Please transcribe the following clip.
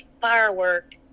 firework